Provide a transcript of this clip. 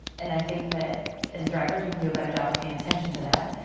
and i think that as drivers we can do a better job of paying attention to that,